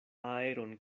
aeron